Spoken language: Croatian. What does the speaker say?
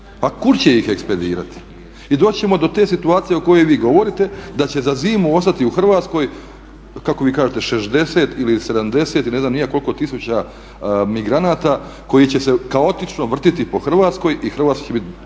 A kud će ih ekspedirati? I doći ćemo do te situacije o kojoj vi govorite da će za zimu ostati u Hrvatskoj kako vi kažete 60 ili 70 i ne znam ni ja koliko tisuća migranata koji će se kaotično vrtjeti po Hrvatskoj i Hrvatska će biti